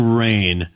rain